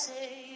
Say